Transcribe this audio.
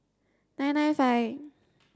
nine nine five